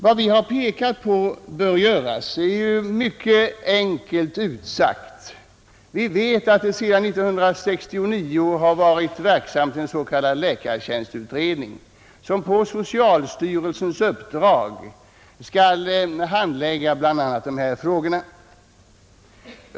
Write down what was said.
Det vi har pekat på som bör göras är mycket enkelt. Vi vet att sedan 1969 har en läkartjänstutredning varit verksam som på socialstyrelsens uppdrag handlagt de frågor vi här diskuterar.